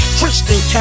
Christian